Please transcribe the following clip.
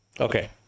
okay